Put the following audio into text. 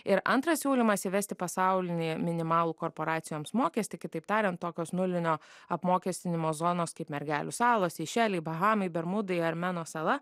ir antras siūlymas įvesti pasaulinį minimalų korporacijoms mokestį kitaip tariant tokios nulinio apmokestinimo zonos kaip mergelių salos seišeliai bahamai bermudai ar meno sala